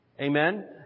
Amen